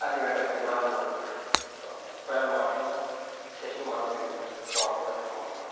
അതിനുവേണ്ട പരിപാലനം കൊടുത്തു പോയാൽ മാത്രമേ അത് ശരിക്കും പറഞ്ഞു കഴിഞ്ഞാൽ വളർന്നു വരുത്തുള്ളൂ എന്നുള്ളത്